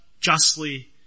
justly